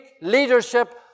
leadership